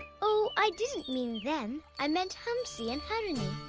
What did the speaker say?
oh, i didn't mean them. i meant hamsi and harini.